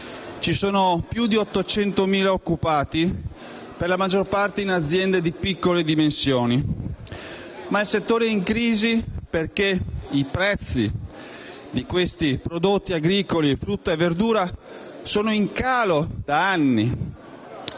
e più di 800.000 occupati, per la maggior parte in aziende di piccole dimensioni. Il settore è in crisi perché i prezzi dei prodotti agricoli (frutta e verdura) sono in calo da anni,